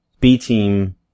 B-team